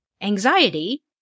anxiety